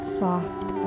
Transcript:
soft